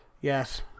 Yes